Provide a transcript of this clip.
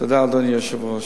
תודה, אדוני היושב-ראש.